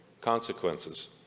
consequences